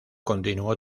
continuó